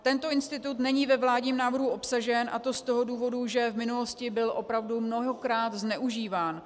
Tento institut není ve vládním návrhu obsažen, a to z toho důvodu, že v minulosti byl opravdu mnohokrát zneužíván.